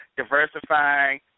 diversifying